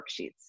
worksheets